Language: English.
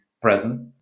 present